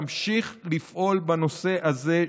תמשיך לפעול בנושא הזה,